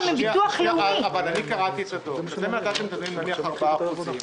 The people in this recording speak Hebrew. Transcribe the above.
איאת רחאל מן הפזורה הבדואית.